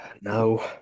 No